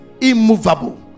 immovable